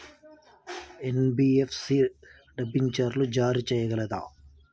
NBFC డిబెంచర్లు జారీ చేయగలదా?